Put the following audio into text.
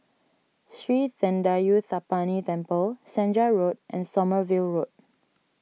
Sri thendayuthapani Temple Senja Road and Sommerville Road